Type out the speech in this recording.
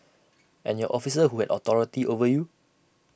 and your officer who had authority over you